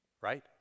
Right